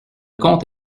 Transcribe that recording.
comte